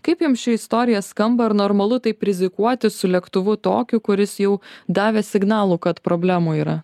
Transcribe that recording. kaip jum ši istorija skamba ar normalu taip rizikuoti su lėktuvu tokiu kuris jau davęs signalų kad problemų yra